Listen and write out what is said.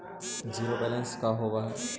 Zero balance का होव हइ?